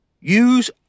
use